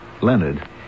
Leonard